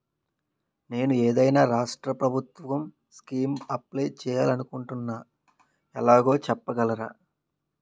నేను ఏదైనా రాష్ట్రం ప్రభుత్వం స్కీం కు అప్లై చేయాలి అనుకుంటున్నా ఎలాగో చెప్పగలరా?